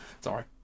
Sorry